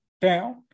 down